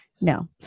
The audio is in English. No